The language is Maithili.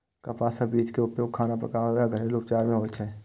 कपासक बीज के उपयोग खाना पकाबै आ घरेलू उपचार मे होइ छै